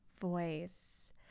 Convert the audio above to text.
voice